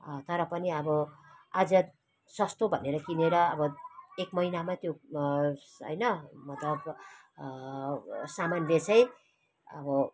तर पनि अब आज सस्तो भनेर किनेर अब एक महिनामा त्यो होइन मतलब सामानले चाहिँ अब